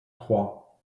trois